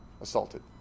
assaulted